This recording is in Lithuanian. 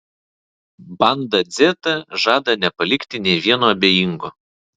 banda dzeta žada nepalikti nė vieno abejingo